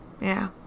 Yeah